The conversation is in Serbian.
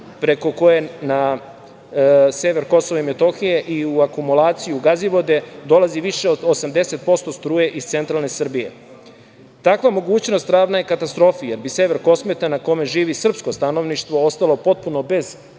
preko koje sever Kosova i Metohije i u akumulaciju Gazivode dolazi više od 80% struje iz centralne Srbije. Takva mogućnost ravna je katastrofi, jer bi sever Kosmeta na kome živi srpsko stanovništvo ostalo potpuno bez